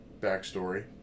backstory